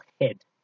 head